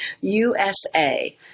USA